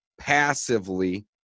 passively